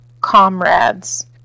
comrades